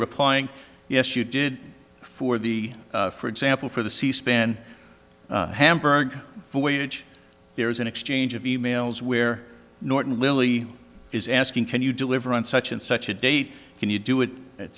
replying yes you did for the for example for the cspan hamburg wage there is an exchange of emails where norton lilly is asking can you deliver on such and such a date can you do it at